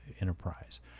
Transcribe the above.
enterprise